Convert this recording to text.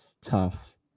tough